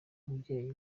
umubyeyi